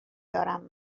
دارم